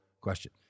question